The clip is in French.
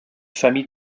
famille